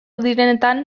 direnetan